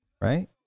Right